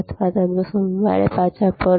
અથવા તમે સોમવારે પાછા ફરો